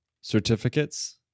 certificates